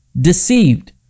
deceived